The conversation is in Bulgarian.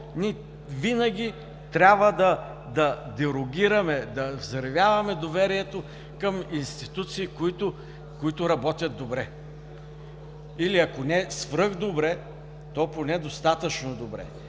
ние винаги трябва да дерогираме, да взривяваме доверието към институции, които работят добре, или ако не свръх добре, то поне достатъчно добре?!